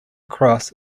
cross